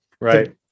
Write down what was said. Right